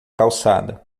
calçada